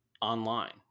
Online